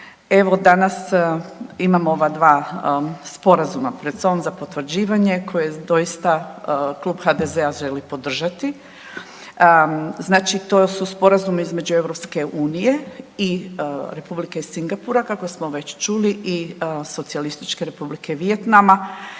evo danas imamo ova dva sporazuma pred sobom za potvrđivanje koje doista Klub HDZ-a želi podržati. Znači to su sporazumi između EU i Republike Singapura kako smo već čuli i Socijalističke Republike Vijetnama.